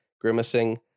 grimacing